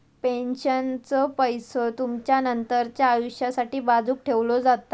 पेन्शनचो पैसो तुमचा नंतरच्या आयुष्यासाठी बाजूक ठेवलो जाता